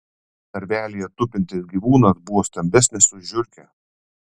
narvelyje tupintis gyvūnas buvo stambesnis už žiurkę